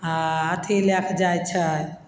आओर अथी लएके जाय छै